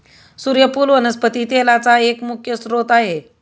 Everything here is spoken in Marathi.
सुर्यफुल वनस्पती तेलाचा एक मुख्य स्त्रोत आहे